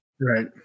right